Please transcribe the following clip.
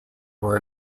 were